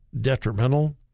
detrimental